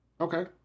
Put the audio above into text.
Okay